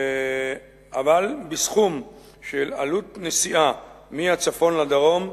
אבל בסכום של עלות נסיעה מהצפון לדרום,